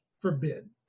forbid